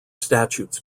statutes